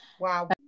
Wow